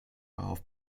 auf